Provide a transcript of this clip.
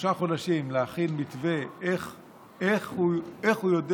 שלושה חודשים להכין מתווה איך הוא יודע